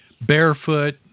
Barefoot